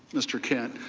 mr. kent,